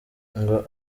ngo